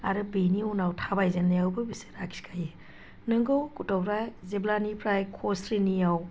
आरो बेनि उनाव थाबायजेननायावबो बिसोर आखिखायो नंगौ गथ'फ्रा जेब्लानिफ्राय क स्रिनियाव